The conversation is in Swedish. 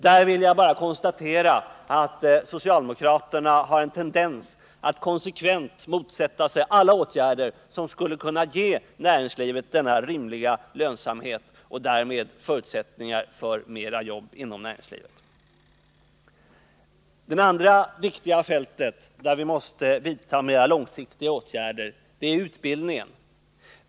Där vill jag bara konstatera att socialdemokraterna har en tendens att konsekvent motsätta sig alla åtgärder som skulle kunna ge näringslivet denna rimliga lönsamhet och därmed förutsättningar för fler arbetstillfällen inom näringslivet. Det andra viktiga fältet, där vi måste vidta mer långsiktiga åtgärder, är utbildningsområdet.